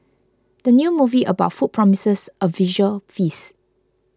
the new movie about food promises a visual feast